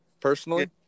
personally